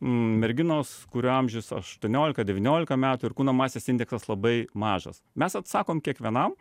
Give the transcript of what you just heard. merginos kurių amžius aštuoniolika devyniolika metų ir kūno masės indeksas labai mažas mes atsakom kiekvienam